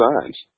signs